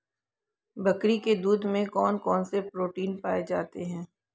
बकरी के दूध में कौन कौनसे प्रोटीन पाए जाते हैं?